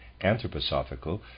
anthroposophical